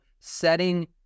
setting